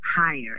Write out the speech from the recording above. higher